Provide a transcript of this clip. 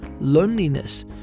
loneliness